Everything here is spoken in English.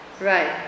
Right